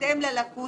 בהתאם ללקות